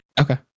Okay